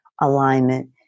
alignment